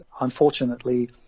unfortunately